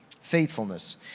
faithfulness